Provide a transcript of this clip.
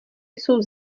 jsou